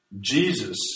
Jesus